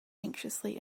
anxiously